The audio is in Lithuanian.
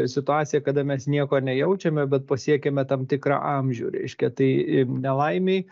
situacija kada mes nieko nejaučiame bet pasiekiame tam tikrą amžių reiškia tai nelaimei